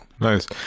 nice